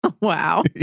Wow